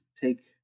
take